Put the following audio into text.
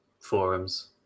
forums